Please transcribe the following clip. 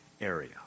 area